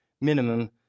minimum